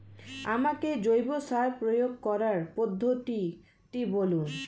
আমাকে জৈব সার প্রয়োগ করার পদ্ধতিটি বলুন?